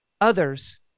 others